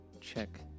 check